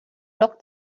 locked